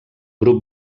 grup